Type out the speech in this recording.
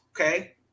Okay